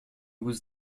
was